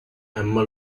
emma